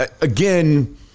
again